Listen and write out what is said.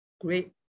great